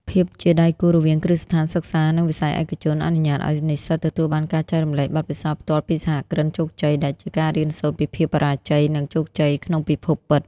ភាពជាដៃគូរវាងគ្រឹះស្ថានសិក្សា និងវិស័យឯកជន អនុញ្ញាតឱ្យនិស្សិតទទួលបានការចែករំលែកបទពិសោធន៍ផ្ទាល់ពីសហគ្រិនជោគជ័យ ដែលជាការរៀនសូត្រពីភាពបរាជ័យ និងជោគជ័យក្នុងពិភពពិត។